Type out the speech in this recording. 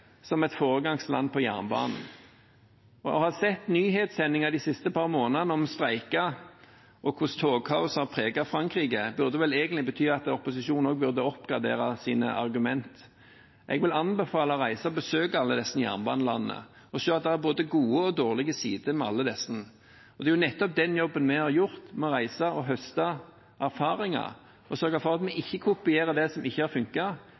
som et foregangsland på jernbanen. Når vi de siste par månedene har sett nyhetssendinger om hvordan streiker og togkaos har preget Frankrike, burde det vel egentlig bety at også opposisjonen burde oppgradere argumentene sine. Jeg vil anbefale å reise og besøke alle disse jernbanelandene og se at det er både gode og dårlige sider ved dem alle. Og det er nettopp den jobben vi har gjort. Ved å reise og høste erfaringer har vi sørget for at vi ikke kopierer det som ikke har